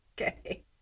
Okay